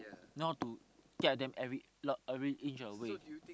know how to guide them every lot every inch of the way